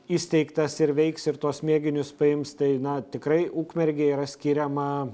įsteigtas ir veiks ir tuos mėginius paims tai na tikrai ukmergei yra skiriama